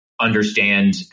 understand